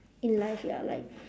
in life ya like